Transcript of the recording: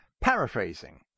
Paraphrasing